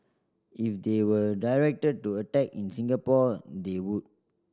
if they were directed to attack in Singapore they would